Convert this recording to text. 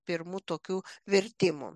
pirmų tokių vertimų